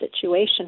situation